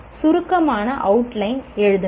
சுருக்கமான அவுட்லைன் எழுதுங்கள்